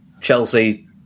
Chelsea